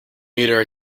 meter